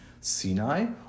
Sinai